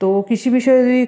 তো কৃষি বিষয়ে যদি